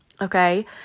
Okay